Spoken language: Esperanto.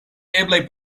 eblaj